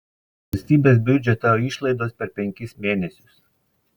valstybės biudžeto išlaidos per penkis mėnesius